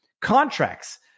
contracts